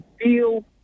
feel